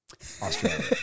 Australia